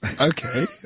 Okay